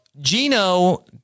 Gino